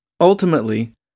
Ultimately